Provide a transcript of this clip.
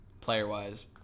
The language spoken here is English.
player-wise